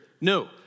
No